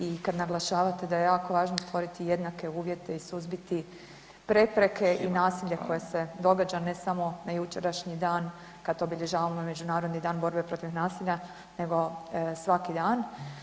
I kada naglašavate da je jako važno stvoriti jednake uvjete i suzbiti prepreke i nasilja koje se događa ne samo na jučerašnji dan kada obilježavamo Međunarodni dan borbe protiv nasilja nego svaki dan.